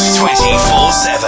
24-7